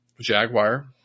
jaguar